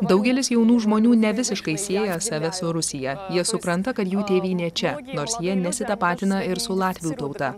daugelis jaunų žmonių nevisiškai sieja save su rusija jie supranta kad jų tėvynė čia nors jie nesitapatina ir su latvių tauta